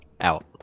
out